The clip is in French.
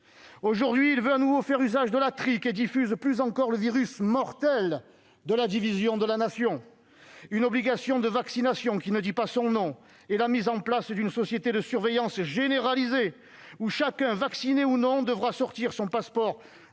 Aujourd'hui, il veut à nouveau faire usage de la trique et diffuse plus encore le virus mortel de la division de la Nation, en prévoyant une obligation de vaccination, qui ne dit pas son nom, et la mise en place d'une société de surveillance généralisée où chacun, vacciné ou non, devra sortir son passeport